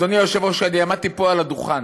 אדוני היושב-ראש, אני עמדתי פה על הדוכן.